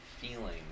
feeling